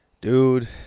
dude